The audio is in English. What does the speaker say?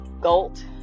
galt